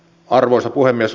arvoisa puhemies